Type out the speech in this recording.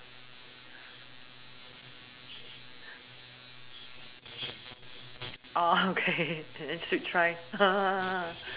okay we should try